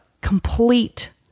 complete